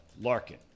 Larkin